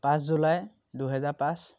পাঁচ জুলাই দুহেজাৰ পাঁচ